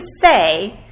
say